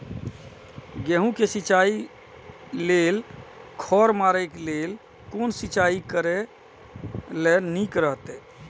गेहूँ के सिंचाई लेल खर मारे के लेल कोन सिंचाई करे ल नीक रहैत?